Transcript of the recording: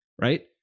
right